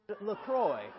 LaCroix